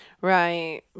Right